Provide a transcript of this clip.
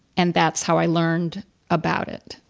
and that's how i learned about it.